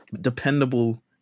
dependable